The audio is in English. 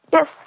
Yes